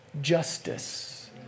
justice